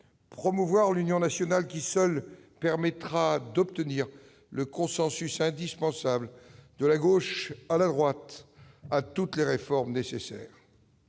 promouvoir l'union nationale qui, seule, permettra d'obtenir le consensus indispensable, de la gauche à la droite, à toutes les réformes nécessaires